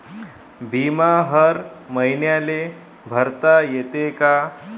बिमा हर मईन्याले भरता येते का?